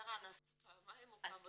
הערת אזהרה נעשתה פעמיים או פעם אחת,